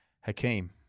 Hakeem